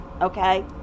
okay